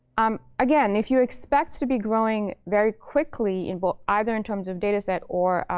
um again, if you expect to be growing very quickly and but either in terms of dataset or